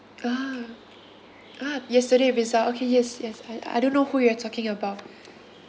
ah ah yesterday result okay yes yes I I do know who you are talking about